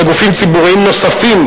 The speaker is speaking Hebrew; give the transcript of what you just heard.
לגופים ציבוריים נוספים,